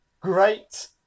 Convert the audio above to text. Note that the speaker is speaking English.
great